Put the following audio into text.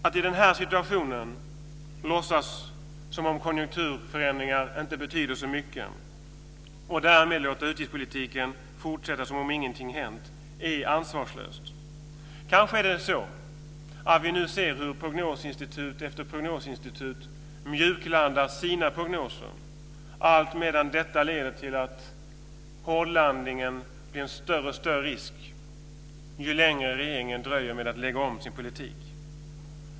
Att i denna situation låtsas som om konjunkturförändringar inte betyder så mycket och därmed låta utgiftspolitiken fortsätta som om ingenting hänt är ansvarslöst. Kanske är det så att vi nu ser hur prognosinstitut efter prognosinstitut mjuklandar sina prognoser allt medan detta leder till att hårdlandningen blir en större och större risk ju längre regeringen dröjer med att lägga om sin politik.